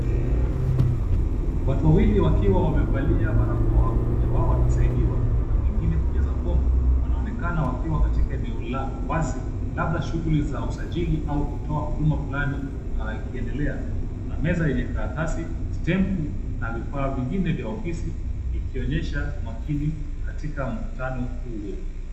Watu wawili wakiwa wamevalia barakoa, mmoja wao akisaidiwa na mwingine kujaza fomu, wanaonekana wakiwa kwenye eneo la wazi, labda shughuli za usajli au kutoa huduma fulani na ikiendelea. Kuna meza yenye karatasi na stempu na vifaa vingine vya ofisi, vikionyesha umakini katika mkutano huo.